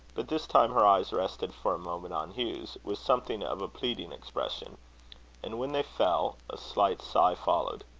but this time her eyes rested for a moment on hugh's, with something of a pleading expression and when they fell, a slight sigh followed.